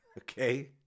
Okay